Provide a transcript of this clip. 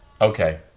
Okay